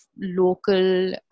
local